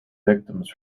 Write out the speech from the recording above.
victims